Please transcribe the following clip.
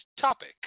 topic